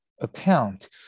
account